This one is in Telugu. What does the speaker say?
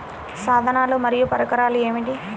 సాధనాలు మరియు పరికరాలు ఏమిటీ?